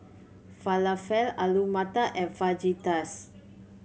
Falafel Alu Matar and Fajitas